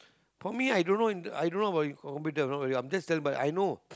for me i don't know inter i don't know about computer don't worry I'm just telling you but I know